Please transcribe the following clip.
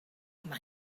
mae